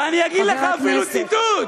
ואני אגיד לך אפילו ציטוט,